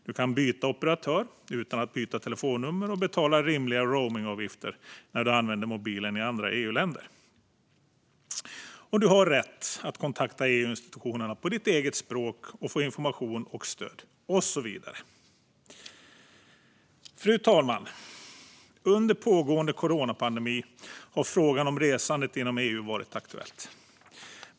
Du kan byta operatör utan att byta telefonnummer och betalar rimliga roamingavgifter när du använder mobilen i andra EU-länder. Du har även rätt att kontakta EU-institutionerna på ditt eget språk och få information, stöd och så vidare. Fru talman! Under pågående coronapandemi har frågan om resandet inom EU varit aktuellt.